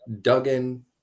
Duggan –